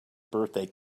birthday